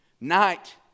Night